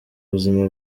buzima